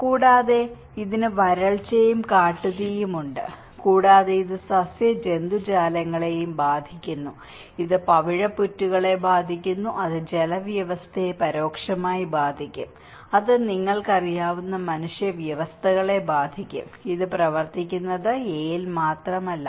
കൂടാതെ ഇതിന് വരൾച്ചയും കാട്ടുതീയും ഉണ്ട് കൂടാതെ ഇത് സസ്യജന്തുജാലങ്ങളെയും ബാധിക്കുന്നു ഇത് പവിഴപ്പുറ്റുകളെ ബാധിക്കുന്നു അത് ജലവ്യവസ്ഥയെ പരോക്ഷമായി ബാധിക്കും അത് നിങ്ങൾക്ക് അറിയാവുന്ന മനുഷ്യ വ്യവസ്ഥകളെ ബാധിക്കും ഇത് പ്രവർത്തിക്കുന്നത് എയിൽ മാത്രമല്ല